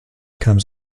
comes